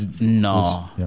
No